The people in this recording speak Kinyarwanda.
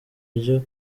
ryo